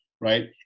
Right